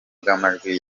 bw’amajwi